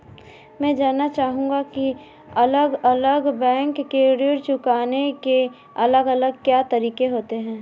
मैं जानना चाहूंगा की अलग अलग बैंक के ऋण चुकाने के अलग अलग क्या तरीके होते हैं?